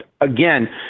again